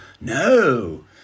No